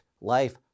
life